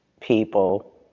people